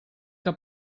que